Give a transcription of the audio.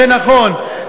זה נכון,